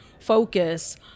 focus